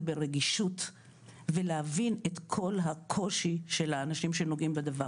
ברגישות ולהבין את כל הקושי של האנשים שנוגעים בדבר.